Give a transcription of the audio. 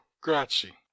grazie